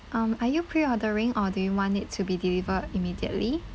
um are you pre-ordering or do you want it to be delivered immediately